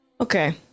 Okay